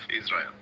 Israel